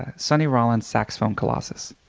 sonny rollins saxophone colossus.